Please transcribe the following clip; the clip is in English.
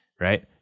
right